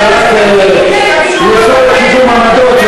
זה הלך לצורך קידום עמדות,